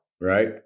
right